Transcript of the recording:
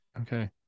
Okay